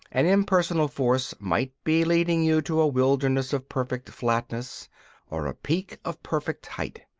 an impersonal force might be leading you to a wilderness of perfect flatness or a peak of perfect height.